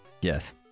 Yes